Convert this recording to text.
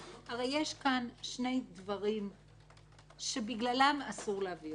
הרי יש פה שני דברים שבגללם אסור להעביר את זה: